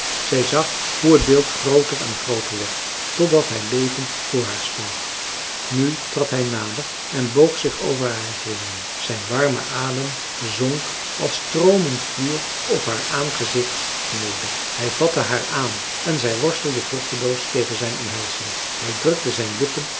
zij zag hoe het beeld grooter en grooter werd totdat hij levend voor haar stond nu trad hij nader en boog zich over haar henen zijn warme adem zonk als stroomend vuur op haar aangezicht neder hij vatte haar aan en zij worstelde vruchteloos tegen zijn omhelzing hij drukte zijn lippen